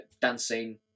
dancing